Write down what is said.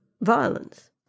violence